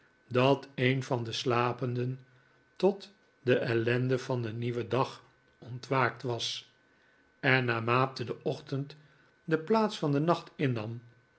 dat een van de slapenden tot de ellende van een nieuwen dag ontwaakt was en naarmate de ochtend de plaats van den nacht innam